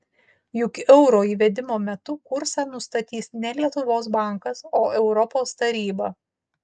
juk euro įvedimo metu kursą nustatys ne lietuvos bankas o europos taryba